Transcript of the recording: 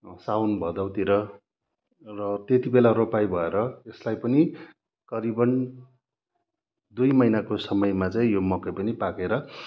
साउन भदौतिर र त्यति बेला रोपाइ भएर यसलाई पनि करिबन् दुई महिनाको समयमा चाहिँ यो मकै पनि पाकेर